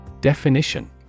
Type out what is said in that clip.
Definition